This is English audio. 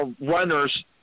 runners